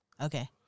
Okay